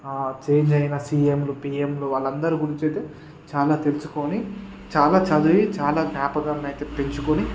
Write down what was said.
change అయిన సీఎంలు పిఎంలు వాళ్ళందరి గురించయితే చాలా తెలుసుకొని చాలా చదివి చాలా జ్ఞాపకాన్ని అయితే పెంచుకొని